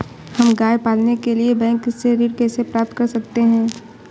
हम गाय पालने के लिए बैंक से ऋण कैसे प्राप्त कर सकते हैं?